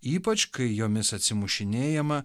ypač kai jomis atsimušinėjama